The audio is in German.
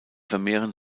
vermehren